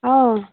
ꯑꯧ